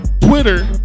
Twitter